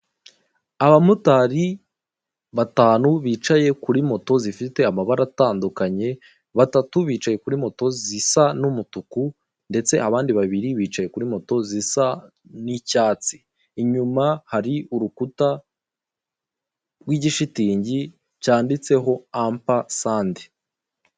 Abamotari batanu bicaye kuri moto zifite amabara atandukanye, batatu bicaye kuri moto zisa n'umutuku ndetse abandi babiri bicaye kuri moto zisa n'icyatsi, inyuma hari urukuta rw'igishitingi cyanditseho ampa sandi.